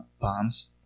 bombs